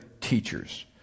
teachers